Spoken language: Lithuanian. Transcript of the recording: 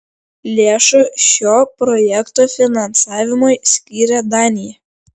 lėšų šio projekto finansavimui skyrė danija